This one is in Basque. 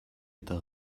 eta